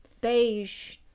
beige